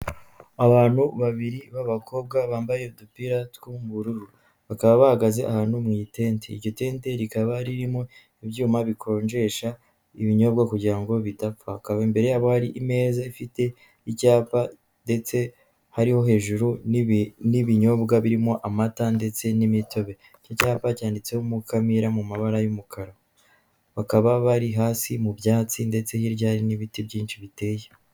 Abantu babiri b'abakobwa bambaye udupira tw'ubururu, bakaba bahagaze ahantu mu itente, iryo tente rikaba ririmo ibyuma bikonjesha ibinyobwa kugira ngo bidapfa, akaba imbere yabo hari imeza ifite icyapa, ndetse hariho hejuru n'ibinyobwa birimo amata ndetse n'imitobe, icyapa cyanditseho Mukamira mu mabara y'umukara. Bakaba bari hasi mu byatsi, ndetse hirya hari n'ibiti byinshi biteye.